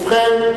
ובכן,